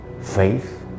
faith